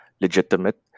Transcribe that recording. legitimate